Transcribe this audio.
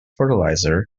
fertilizer